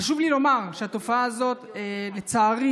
חשוב לי לומר שהתופעה הזאת, לצערי,